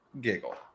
giggle